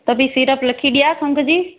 त बि सिरप लिखी ॾियां खंघि जी